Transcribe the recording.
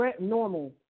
normal